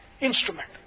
instrument